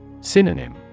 Synonym